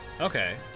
Okay